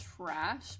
trash